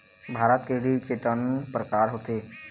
भारत के ऋण के ठन प्रकार होथे?